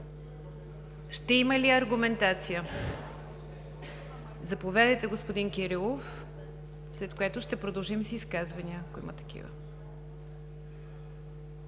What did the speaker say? Ще има ли аргументация? Заповядайте, господин Кирилов, след което ще продължим с изказвания, ако има такива.